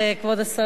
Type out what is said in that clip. כבוד השרים,